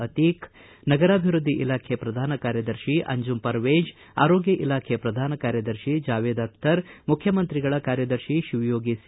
ಅತೀಕ್ ನಗರಾಭಿವೃದ್ಧಿ ಇಲಾಖೆ ಪ್ರಧಾನ ಕಾರ್ಯದರ್ಶಿ ಅಂಜುಮ್ ಪರ್ವೇಜ್ ಆರೋಗ್ಯ ಇಲಾಖೆ ಪ್ರಧಾನ ಕಾರ್ಯದರ್ಶಿ ಜಾವೇದ್ ಅಖ್ತರ್ ಮುಖ್ಯಮಂತ್ರಿಗಳ ಕಾರ್ಯದರ್ಶಿ ಶಿವಯೋಗಿ ಸಿ